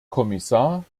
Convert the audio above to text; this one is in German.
kommissar